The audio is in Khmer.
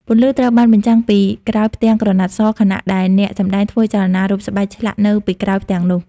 ពន្លឺត្រូវបានបញ្ចាំងពីក្រោយផ្ទាំងក្រណាត់ស ខណៈដែលអ្នកសម្តែងធ្វើចលនារូបស្បែកឆ្លាក់នៅពីក្រោយផ្ទាំងនោះ។